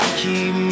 keep